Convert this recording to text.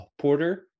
porter